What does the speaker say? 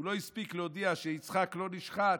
הוא לא הספיק להודיע שיצחק לא נשחט,